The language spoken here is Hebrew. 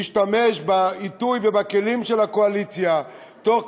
להשתמש בעיתוי ובכלים של הקואליציה תוך